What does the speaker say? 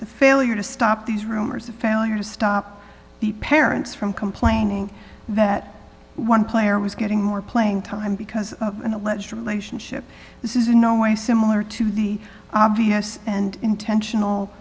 the failure to stop these rumors of failure to stop the parents from complaining that one player was getting more playing time because of an alleged relationship this is in no way similar to the obvious and intentional